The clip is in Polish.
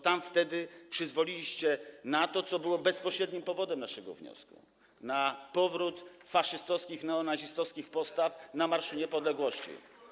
Tam wtedy przyzwoliliście na to, co było bezpośrednim powodem naszego wniosku, na powrót faszystowskich, neonazistowskich postaw na Marszu Niepodległości.